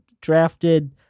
drafted